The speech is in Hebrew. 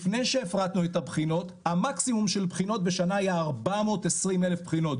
לפני שהפרטנו את הבחינות המקסימום של בחינות בשנה היה 420,000 בחינות,